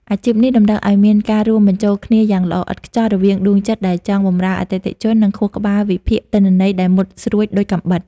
អាជីពនេះតម្រូវឱ្យមានការរួមបញ្ចូលគ្នាយ៉ាងល្អឥតខ្ចោះរវាងដួងចិត្តដែលចង់បម្រើអតិថិជន និងខួរក្បាលវិភាគទិន្នន័យដែលមុតស្រួចដូចកាំបិត។